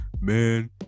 Man